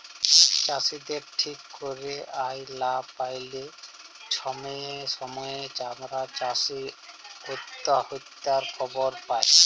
চাষীদের ঠিক ক্যইরে আয় লা প্যাইলে ছময়ে ছময়ে আমরা চাষী অত্যহত্যার খবর পায়